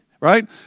right